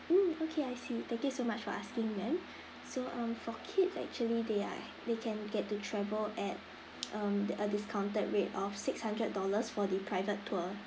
mm okay I see thank you so much for asking ma'am so um for kids actually they are they can get to travel at um a discounted rate of six hundred dollars for the private tour